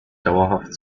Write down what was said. dauerhaft